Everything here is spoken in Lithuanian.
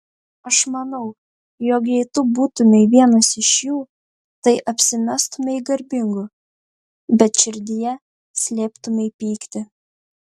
aš manau jog jei tu būtumei vienas iš jų tai apsimestumei garbingu bet širdyje slėptumei pyktį